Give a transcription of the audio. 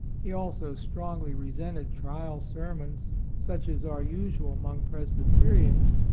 he also strongly resented trial sermons, such as are usual among presbyterians,